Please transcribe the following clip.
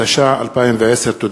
התש"ע 2010. תודה.